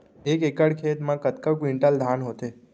एक एकड़ खेत मा कतका क्विंटल धान होथे?